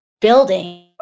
building